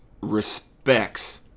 respects